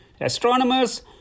Astronomers